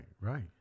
right